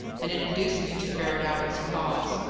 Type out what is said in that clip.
and it induced me to ferret out its cause.